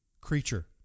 creature